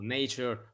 nature